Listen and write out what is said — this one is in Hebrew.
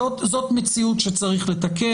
זאת מציאות שצריך לתקן.